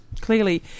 clearly